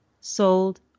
sold